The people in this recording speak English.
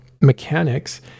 mechanics